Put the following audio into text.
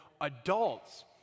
adults